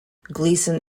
gleason